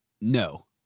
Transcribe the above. no